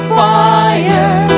fire